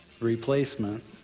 replacement